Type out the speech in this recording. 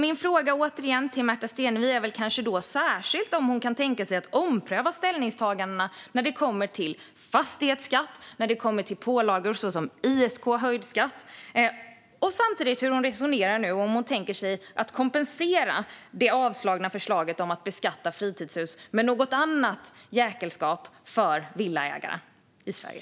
Mina frågor till Märta Stenevi är kanske särskilt om hon kan tänka sig att ompröva ställningstagandena när det gäller fastighetsskatt och pålagor såsom höjd skatt på ISK och samtidigt hur hon resonerar nu och om hon tänker sig att kompensera det avslagna förslaget om att beskatta fritidshus med något annat jäkelskap för villaägarna i Sverige.